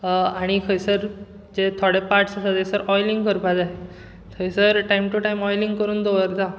आनी खंयसर जे थोडे पार्टस आसा ते ऑयलींग करपाक जाय थंयसर टायम टू टायम ऑयलिंग करून दवरता